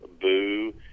boo